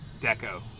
deco